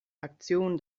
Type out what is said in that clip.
aktion